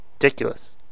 Ridiculous